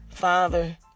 Father